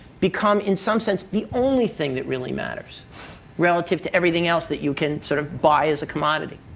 become, in some sense, the only thing that really matters relative to everything else that you can sort of buy as a commodity.